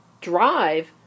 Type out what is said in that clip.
drive